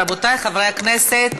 רבותי חברי הכנסת,